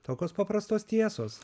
tokios paprastos tiesos